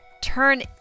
turn